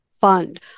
fund